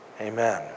Amen